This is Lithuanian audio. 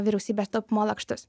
vyriausybės taupymo lakštus